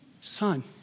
son